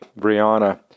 Brianna